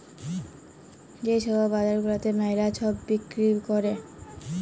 যে ছব বাজার গুলাতে ম্যালা ছব বল্ড বিক্কিরি ক্যরে